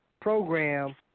program